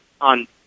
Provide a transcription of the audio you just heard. on